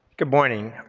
good morning.